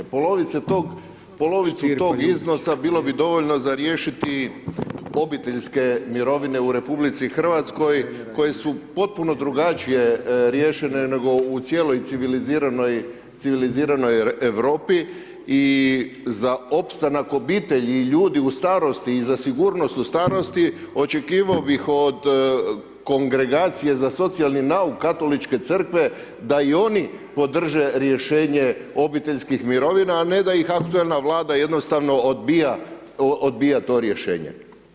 Polovicu tog iznosa bilo bi dovoljno za riješiti obiteljske mirovine u RH, koji su potpuno drugačije riješene nego u cijeloj civiliziranoj Europi i za opstanak obitelji i ljudi u starosti i za sigurnost u starosti, očekivao bih od Kongregacije za socijalni nauk Katoličke crkve da i oni podrže rješenje obiteljskih mirovine, a ne da ih aktualna Vlada jednostavno odbija to rješenje.